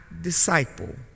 disciple